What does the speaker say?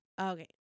Okay